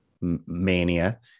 mania